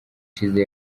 ishize